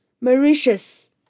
Mauritius